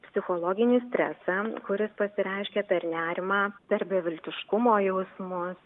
psichologinį stresą kuris pasireiškia per nerimą per beviltiškumo jausmus